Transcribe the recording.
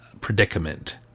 predicament